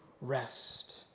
rest